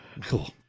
Cool